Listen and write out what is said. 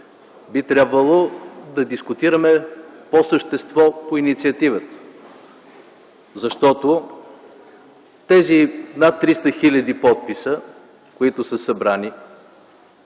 би трябвало да дискутираме по същество инициативата. Защото тези над 300 хил. подписа, които са събрани,